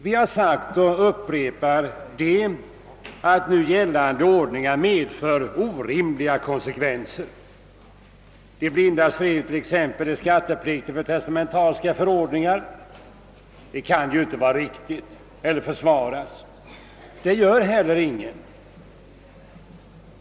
Vi har sagt och upprepar det, att nu gällande ordning medför orimliga konsekvenser. De blindas förening t.ex. är skattepliktig för testamentariska förordnanden. Det kan ju inte vara riktigt eller försvaras — det gör heller ingen.